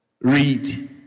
read